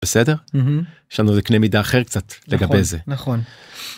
בסדר? יש לנו איזה קנה מידה אחר קצת לגבי זה. נכון.